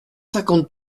cinquante